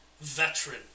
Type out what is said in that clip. veteran